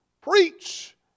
preach